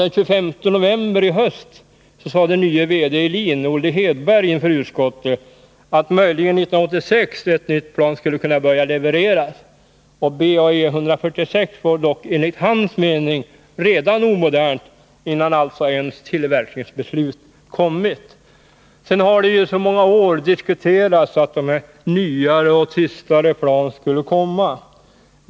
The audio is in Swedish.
Den 25 november sade den nye VD i LIN, Olle Hedberg, inför utskottet att ett nytt plan möjligen skulle kunna levereras 1986. BAE-146 var dock enligt hans mening redan omodernt innan ens tillverkningsbeslut fattats. I många år har det diskuterats att nya, tystare plan skulle komma.